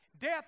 Death